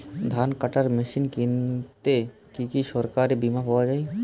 ধান কাটার মেশিন কিনতে কি সরকারী বিমা পাওয়া যায়?